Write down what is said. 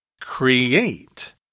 Create